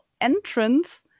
entrance